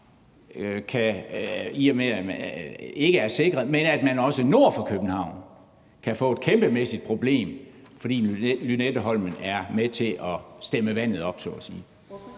oversvømmelser, og at man også nord for København kan få et kæmpemæssigt problem, fordi Lynetteholmen er med til at stemme vandet op så at sige.